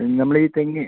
നമ്മള് ഈ തെങ്ങയെ